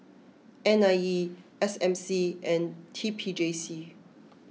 N I E S M C and T P J C